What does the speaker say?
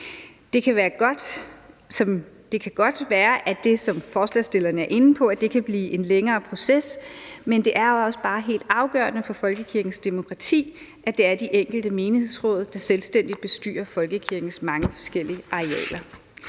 Det kan godt være, at det, som forslagsstillerne er inde på, kan blive en længere proces, men det er også bare helt afgørende for folkekirkens demokrati, at det er de enkelte menighedsråd, der selvstændigt bestyrer folkekirkens mange forskellige arealer.